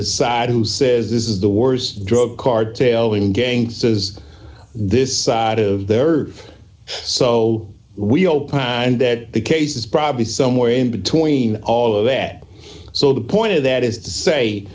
decide who says this is the worst drug card tayo in gangstas this side of there are so we opine that the case is probably somewhere in between all of that so the point of that is to say